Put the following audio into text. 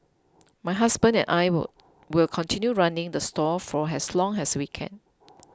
my husband and I will will continue running the stall for as long as we can